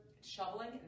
shoveling